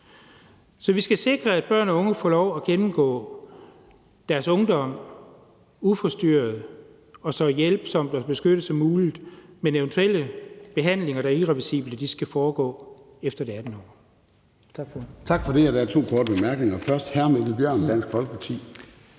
Så vi skal sikre, at børn og unge får lov til at gå igennem deres ungdom uforstyrret og med så meget hjælp og beskyttelse som muligt, men eventuelle behandlinger, der er irreversible, skal foregå efter det 18.